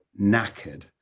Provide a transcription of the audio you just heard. knackered